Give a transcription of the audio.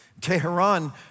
Tehran